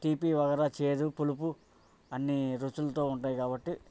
తీపి వగర చేదు పులుపు అన్ని రుచులతో ఉంటాయి కాబట్టి